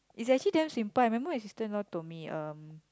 is actually damn simple I remember my sister-in-law told me um